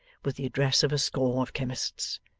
with the address of a score of chemists.